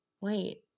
wait